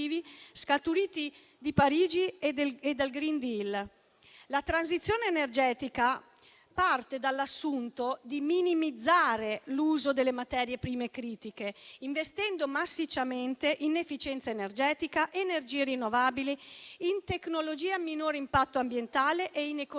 scaturiti da Parigi e dal *green deal*. La transizione energetica parte dall'assunto di minimizzare l'uso delle materie prime critiche investendo massicciamente in efficienza energetica, in energie rinnovabili, in tecnologia a minore impatto ambientale e in economia